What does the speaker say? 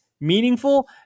meaningful